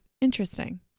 interesting